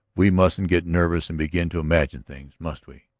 we mustn't get nervous and begin to imagine things, must we?